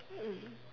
mm